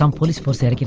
um police force